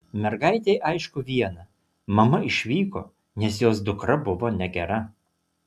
mergaitei aišku viena mama išvyko nes jos dukra buvo negera